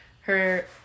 Her-